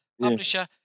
Publisher